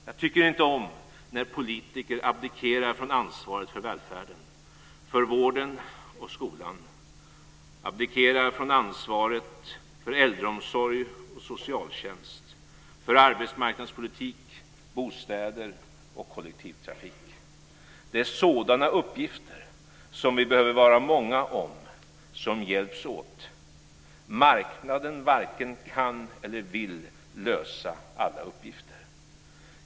Jag tycker inte om när politiker abdikerar från ansvaret för välfärden, för vården och skolan, abdikerar från ansvaret för äldreomsorg och socialtjänst, för arbetsmarknadspolitik, bostäder och kollektivtrafik. Det är sådana uppgifter som vi behöver vara många om som hjälps åt. Marknaden varken kan eller vill lösa alla uppgifter.